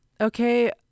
Okay